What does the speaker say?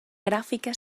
gràfica